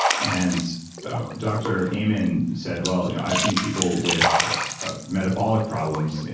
and dr. amen said, well, you know i've seen people with metabolic problems,